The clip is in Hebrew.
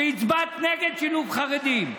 שהצבעת נגד שילוב חרדים,